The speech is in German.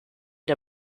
der